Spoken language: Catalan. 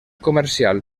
comercial